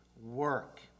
work